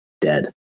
dead